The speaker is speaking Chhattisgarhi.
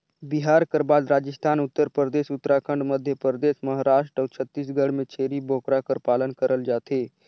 बिहार कर बाद राजिस्थान, उत्तर परदेस, उत्तराखंड, मध्यपरदेस, महारास्ट अउ छत्तीसगढ़ में छेरी बोकरा कर पालन करल जाथे